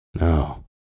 No